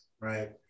right